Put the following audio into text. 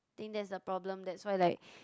think that's the problem that's why like